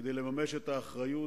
כדי לממש את האחריות,